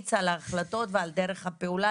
להמליץ על ההחלטות ועל דרך הפעולה,